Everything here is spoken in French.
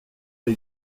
les